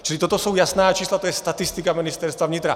Čili toto jsou jasná čísla, to je statistika Ministerstva vnitra.